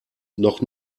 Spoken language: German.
noch